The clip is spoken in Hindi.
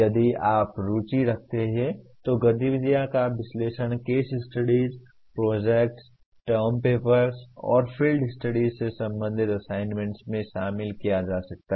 यदि आप रुचि रखते हैं तो गतिविधियों का विश्लेषण case studies projects term papers और फील्ड स्टडीज से संबंधित असाइनमेंट्स में शामिल किया जा सकता है